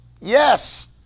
yes